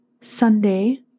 Sunday